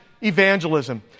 evangelism